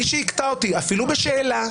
מי שיקטע אותי אפילו בשאלה,